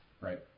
Right